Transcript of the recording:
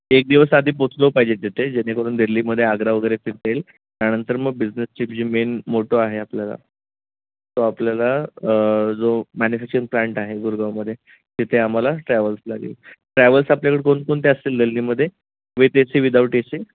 एक दिवस आधी पोहचलो पाहिजे तिथे जेणेकरून दिल्लीमध्ये आग्रा वगैरे फिरता येईल त्यानंतर मग बिजनेसची जी मेन मोटो आहे आपल्याला तो आपल्याला जो मॅन्युफॅक्चरिंग प्लांट आहे गुरगावमध्ये तिथे आम्हाला ट्रॅव्हल्स लागेल ट्रॅव्हल्स आपल्याकडे कोणकोणते असतील दिल्लीमध्ये with A C without A C